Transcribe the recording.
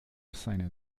seine